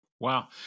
Wow